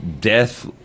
death-